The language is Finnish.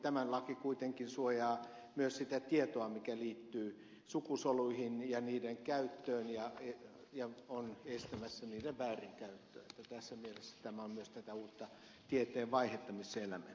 tämä laki kuitenkin suojaa myös sitä tietoa mikä liittyy sukusoluihin ja niiden käyttöön ja on estämässä niiden väärinkäyttöä joten tässä mielessä tämä on myös tätä uutta tieteen vaihettumisselän